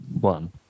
one